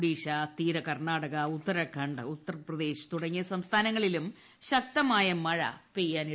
ഒഡീഷ തീര കർണാടക ഉത്തരാഖണ്ഡ് ഉത്തർപ്രദേശ് തുടങ്ങിയ സംസ്ഥാനങ്ങളിലും ശക്തമായ മഴ പെയ്യും